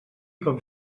com